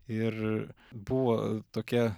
ir buvo tokia